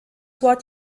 what